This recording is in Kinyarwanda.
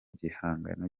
gihangano